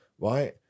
right